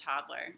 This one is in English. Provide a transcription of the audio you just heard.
toddler